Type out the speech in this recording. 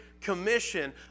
commission